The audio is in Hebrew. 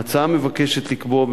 ההצעה מבקשת לקבוע,